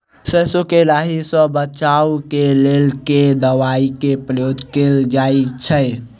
सैरसो केँ लाही सऽ बचाब केँ लेल केँ दवाई केँ प्रयोग कैल जाएँ छैय?